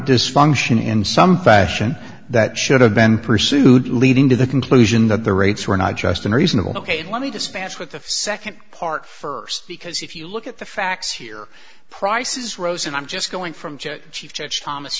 dysfunction in some fashion that should have been pursued leading to the conclusion that the rates were not just unreasonable ok let me dispense with the second part first because if you look at the facts here prices rose and i'm just going from